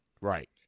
Right